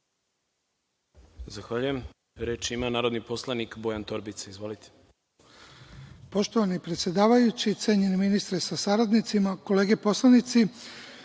Zahvaljujem. Reč ima narodni poslanik Bojan Torbica. Izvolite. **Bojan Torbica** Poštovani predsedavajući, cenjeni ministre sa saradnicima, kolege poslanici,